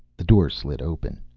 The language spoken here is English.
the door slid open.